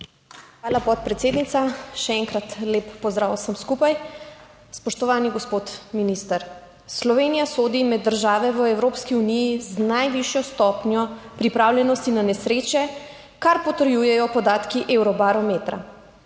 Hvala, podpredsednica. Še enkrat lep pozdrav vsem skupaj! Spoštovani gospod minister, Slovenija sodi med države v Evropski uniji z najvišjo stopnjo pripravljenosti na nesreče, kar potrjujejo podatki Evrobarometra.